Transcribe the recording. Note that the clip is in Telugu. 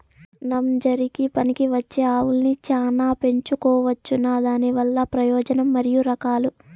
నంజరకి పనికివచ్చే ఆవులని చానా పెంచుకోవచ్చునా? దానివల్ల ప్రయోజనం మరియు రకాలు?